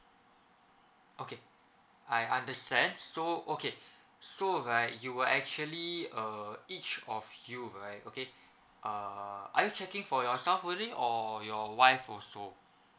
okay I understand so okay so right you were actually uh each of you right okay uh are checking for yourself only or your wife also